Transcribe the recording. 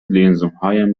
لنزهایم